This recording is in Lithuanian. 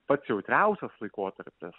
pats jautriausias laikotarpis